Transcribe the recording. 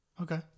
Okay